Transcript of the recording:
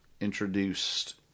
introduced